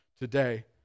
today